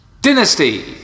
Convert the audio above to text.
dynasty